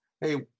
hey